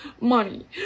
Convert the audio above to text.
money